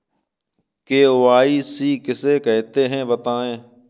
KYC किसे कहते हैं बताएँ?